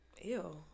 Ew